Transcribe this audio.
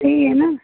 सही है न